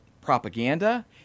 propaganda